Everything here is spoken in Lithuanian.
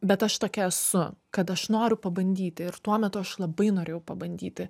bet aš tokia esu kad aš noriu pabandyti ir tuo metu aš labai norėjau pabandyti